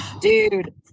Dude